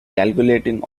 calculating